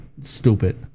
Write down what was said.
stupid